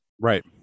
Right